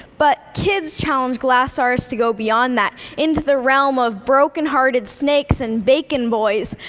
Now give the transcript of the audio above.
but kids challenge glass artists to go beyond that, into the realm of brokenhearted snakes and bacon boys,